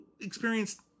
experienced